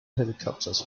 helicopters